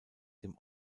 dem